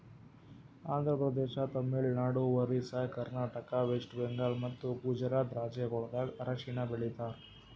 Andhra Pradesh, Tamil Nadu, Orissa, Karnataka, West Bengal ಮತ್ತ ಗುಜರಾತ್ ರಾಜ್ಯಗೊಳ್ದಾಗ್ ಅರಿಶಿನ ಬೆಳಿತಾರ್